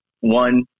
one